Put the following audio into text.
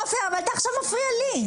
עופר, אבל אתה עכשיו מפריע לי.